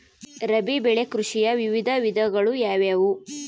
ರಾಬಿ ಬೆಳೆ ಕೃಷಿಯ ವಿವಿಧ ವಿಧಗಳು ಯಾವುವು?